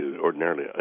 ordinarily